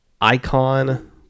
icon